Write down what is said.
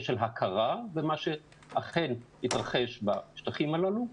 של הכרה במה שאכן התרחש בשטחים הללו.